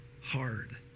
hard